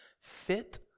Fit